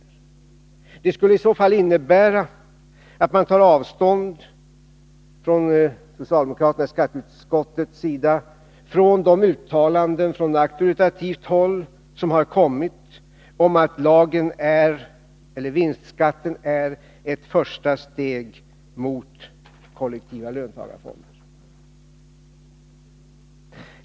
Det Nr 130 skulle i så fall innebära att socialdemokraterna i skatteutskottet tar avstånd Onsdagen den från de uttalanden från auktoritativt håll som har kommit om att vinstskatten 27 april 1983 är ett första steg mot kollektiva löntagarfonder.